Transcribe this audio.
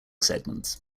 segments